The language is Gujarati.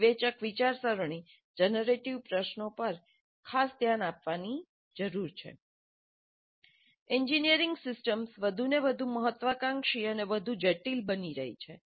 વિવેચક વિચારસરણી જનરેટિવ પ્રશ્નો પર ખાસ ધ્યાન આપવાની જરૂર છે એન્જિનિયરિંગ સિસ્ટમ્સ વધુને વધુ મહત્વાકાંક્ષી અને વધુ જટિલ બની રહી છે